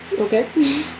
Okay